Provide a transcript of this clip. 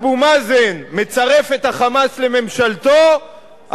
אבו מאזן מצרף את ה"חמאס" לממשלתו,